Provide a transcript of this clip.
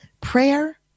Prayer